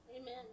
Amen